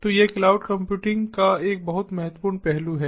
तो यह cloud computing का एक बहुत महत्वपूर्ण पहलू है